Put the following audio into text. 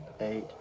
eight